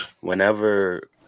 whenever